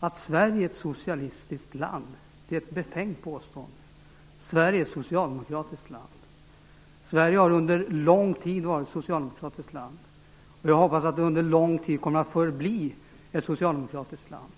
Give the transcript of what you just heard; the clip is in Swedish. Att Sverige är ett socialistiskt land är ett befängt påstående. Sverige är och har under lång tid varit ett socialdemokratiskt land, och jag hoppas att det under lång tid även kommer att förbli ett socialdemokratiskt land.